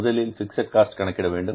முதலில் fixed cost கணக்கிட வேண்டும்